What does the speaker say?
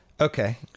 Okay